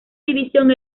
división